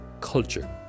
culture